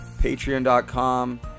patreon.com